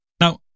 Now